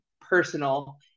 personal